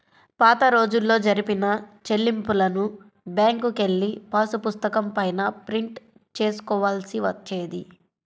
పాతరోజుల్లో జరిపిన చెల్లింపులను బ్యేంకుకెళ్ళి పాసుపుస్తకం పైన ప్రింట్ చేసుకోవాల్సి వచ్చేది